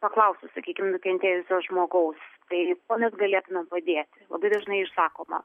paklausus sakykim nukentėjusio žmogaus tai kuo mes galėtumėm padėti labai dažnai išsakoma